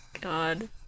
God